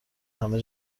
همه